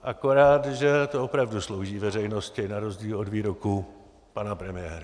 Akorát že to opravdu slouží veřejnosti, na rozdíl od výroků pana premiéra.